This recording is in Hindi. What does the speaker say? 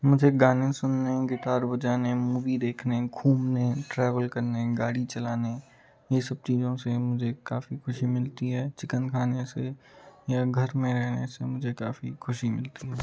मुझे गाने सुनने गिटार बजाने मूवी देखने घूमने ट्रैवल करने गाड़ी चलाने यह सब चीज़ों से मुझे काफ़ी खुशी मिलती है चिकन खाने से या घर में रहने से मुझे काफ़ी खुशी मिलती है